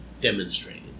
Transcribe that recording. demonstrated